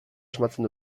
asmatzen